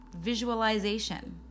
visualization